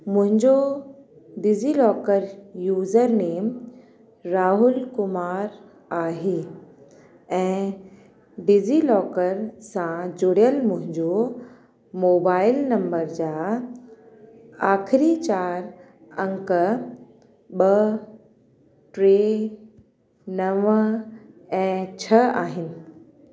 मुंहिंजो DigiLocker username Rahul Kumar आहे ऐं डिजीलॉकर सां जुड़ियलु मुहिंजो मोबाइल नम्बर जा आख़िरी चारि अंक ॿ टे नव ऐं छह आहिनि